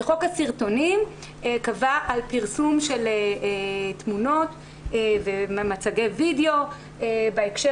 חוק הסרטונים קבע על פרסום של תמונות ומצגי וידאו בהקשר